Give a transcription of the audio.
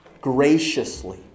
graciously